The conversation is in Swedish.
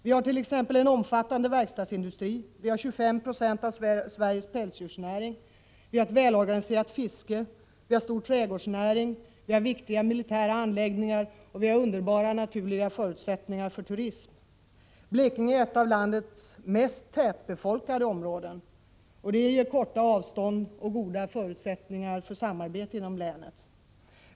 Vi har t.ex. en omfattande verkstadsindustri, vi har 25 96 av Sveriges pälsdjursnäring, vi har ett välorganiserat fiske, vi har en betydande trädgårdsnäring, vi har viktiga militära anläggningar och vi har underbara naturliga förutsättningar för turism. Blekinge är ett av landets mest tätbefolkade områden, vilket ger korta avstånd och goda förutsättningar för samarbete inom länet.